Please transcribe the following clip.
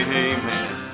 amen